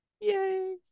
yay